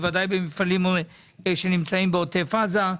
בוודאי במפעלים שנמצאים בעוטף עזה.